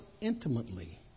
intimately